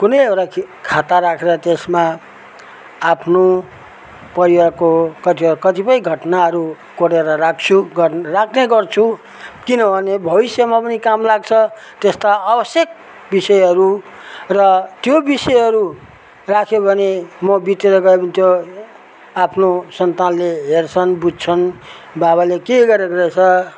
कुनै एउटा खाता राखेर त्यसमा आफ्नो परिवारको कतिपय कतिपय घटनाहरू कोरेर राख्छु राख्ने गर्छु किनभने भविष्यमा पनि काम लाग्छ त्यस्ता आवश्यक विषयहरू र त्यो विषयहरू राख्यो भने म बितेर गयो भने त्यो आफ्नो सन्तानले हेर्छन् बुझ्छन् बाबाले के गरेको रहेछ